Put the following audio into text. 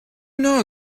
know